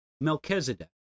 Melchizedek